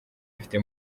afite